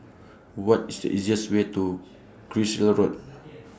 What IS The easiest Way to Carlisle Road